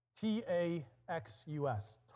T-A-X-U-S